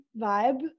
vibe